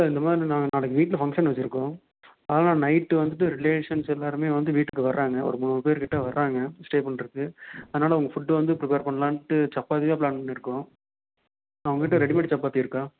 sir இந்தமாதிரி நான் நாளைக்கு வீட்டில் ஃபங்க்ஷன் வெச்சிருக்கோம் முதநாள் நைட்டு வந்துவிட்டு ரிலேஷன்ஸ் எல்லோருமே வந்து வீட்டுக்கு வர்றாங்க ஒரு முந்நூறு பேர்கிட்டே வர்றாங்க ஸ்டே பண்ணுறதுக்கு அதனால் உங்கள் ஃபுட்டு வந்து ப்ரிப்பர் பண்ணலாம்ன்ட்டு சப்பாத்தி தான் ப்ளான் பண்ணியிருக்கோம் உங்கக்கிட்டே ரெடிமேட் சப்பாத்தி இருக்கா